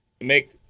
make